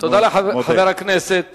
תודה לחבר הכנסת